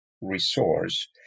resource